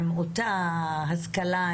עם אותה השכלה,